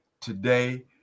today